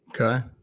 okay